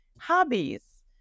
hobbies